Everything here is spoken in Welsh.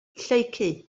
lleucu